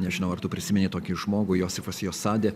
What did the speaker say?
nežinau ar tu prisimeni tokį žmogų josifas josadė